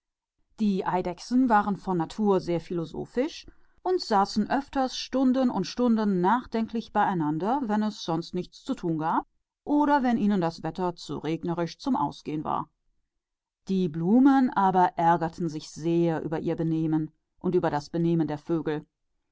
die eidechsen waren sehr philosophisch veranlagt und saßen oft stunden und stunden lang zusammen und dachten wenn sie sonst nichts zu tun hatten oder das wetter zu regnerisch war um auszugehen die blumen aber waren entsetzt über ihr benehmen und über das benehmen der vögel